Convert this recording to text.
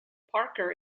parker